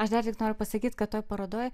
aš dar tik noriu pasakyt kad toj parodoj